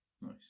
Nice